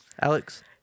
Alex